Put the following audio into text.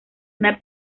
una